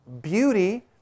Beauty